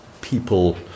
people